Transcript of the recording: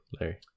Larry